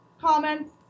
comments